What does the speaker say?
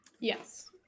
yes